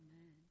Amen